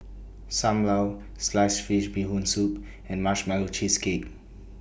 SAM Lau Sliced Fish Bee Hoon Soup and Marshmallow Cheesecake